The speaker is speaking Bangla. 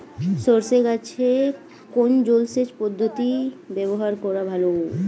সরষে গাছে কোন জলসেচ পদ্ধতি ব্যবহার করা ভালো?